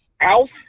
Alf